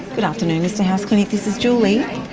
good afternoon lister house clinic this is julie.